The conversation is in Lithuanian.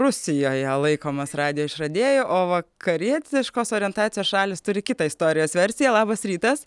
rusijoje laikomas radijo išradėju o vakarietiškos orientacijos šalys turi kitą istorijos versiją labas rytas